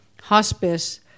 hospice